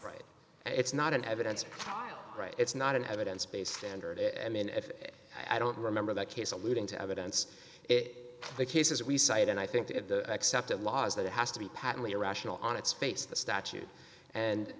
right it's not an evidence right it's not an evidence based standard and if i don't remember that case alluding to evidence it the cases we cite and i think the accepted laws that it has to be patently irrational on its face the statute and